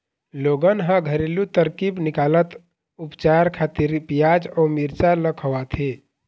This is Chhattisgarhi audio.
लोगन ह घरेलू तरकीब निकालत उपचार खातिर पियाज अउ मिरचा ल खवाथे